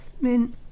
mint